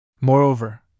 Moreover